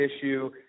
issue